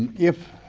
and if